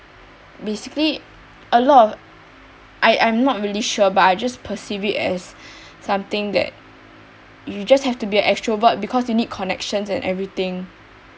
basically a lot of I I'm not really sure but I just perceive it as something that you just have to be an extrovert because you need connections and everything